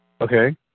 Okay